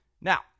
Now